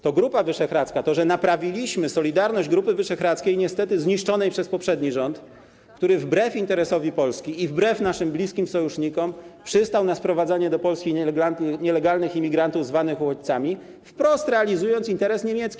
To Grupa Wyszehradzka, naprawiliśmy solidarność Grupy Wyszehradzkiej, niestety zniszczonej przez poprzedni rząd, który wbrew interesowi Polski i wbrew naszym bliskim sojusznikom przystał na sprowadzanie do Polski nielegalnych imigrantów zwanych uchodźcami, wprost realizując interes niemiecki.